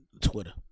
Twitter